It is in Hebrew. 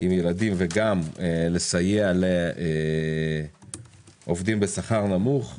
עם ילדים וגם לסייע לעובדים בשכר נמוך.